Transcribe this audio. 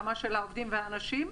הרמה של העובדים והאנשים,